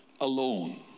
alone